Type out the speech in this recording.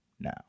now